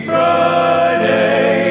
Friday